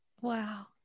Wow